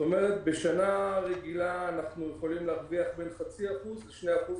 בשנה רגילה אנחנו יכולים להרוויח בין חצי אחוז לשני אחוז.